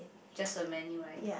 just a menu right